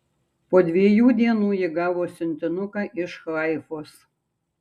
po dviejų dienų ji gavo siuntinuką iš haifos